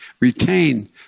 retain